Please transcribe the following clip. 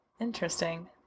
Interesting